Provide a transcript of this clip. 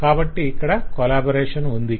కాబట్టి ఇక్కడ కొలాబరేషన్ ఉంది